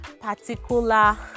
particular